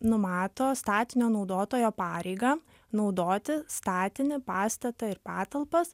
numato statinio naudotojo pareigą naudoti statinį pastatą ir patalpas